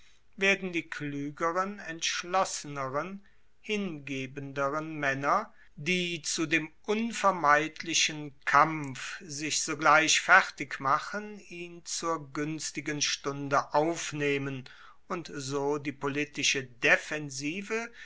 werden die kluegeren entschlosseneren hingebenderen maenner die zu dem unvermeidlichen kampf sich sogleich fertig machen ihn zur guenstigen stunde aufnehmen und so die politische defensive